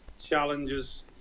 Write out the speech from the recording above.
challenges